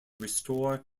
restore